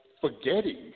forgetting